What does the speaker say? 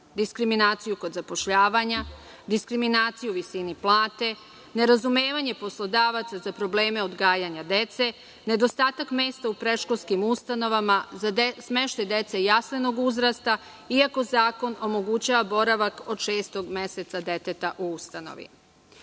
diskriminaciju kod zapošljavanja, diskriminaciju u visini plate, nerazumevanje poslodavaca za probleme odgajanja dece, nedostatak mesta u predškolskim ustanovama, smeštaj dece jaslenog uzrasta, iako zakon omogućava boravak od šestog meseca deteta u ustanovi. Svi